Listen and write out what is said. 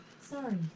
Sorry